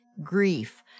grief